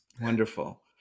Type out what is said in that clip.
Wonderful